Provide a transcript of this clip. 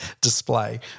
display